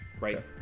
right